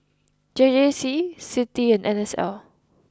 J J C Citi and N S L